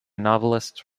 novelists